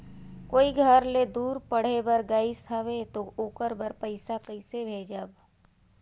कोई घर ले दूर पढ़े बर गाईस हवे तो ओकर बर पइसा कइसे भेजब?